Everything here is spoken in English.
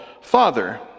Father